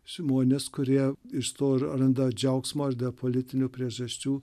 žmonės kurie iš to randa džiaugsmo ir dėl politinių priežasčių